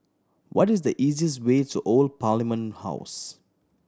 what is the easiest way to Old Parliament House